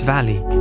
Valley